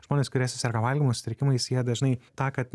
žmonės kurie suserga valgymo sutrikimais jie dažnai tą kad